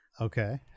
Okay